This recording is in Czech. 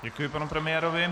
Děkuji panu premiérovi.